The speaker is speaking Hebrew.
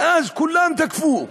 ואז כולם תקפו,